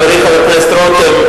חברי חבר הכנסת רותם,